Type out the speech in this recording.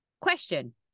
question